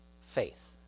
faith